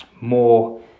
more